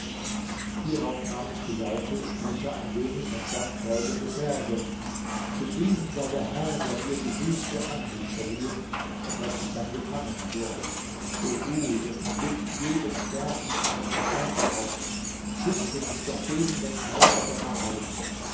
hierauf nahm ich die laute spielte ein wenig und sang folgende verse gepriesen sei der herr der dir die höchste anmut verliehen so daß ich dein gefangener wurde o du dessen blick jedem sterblichen den verstand raubt schütze mich doch gegen den zauber deiner augen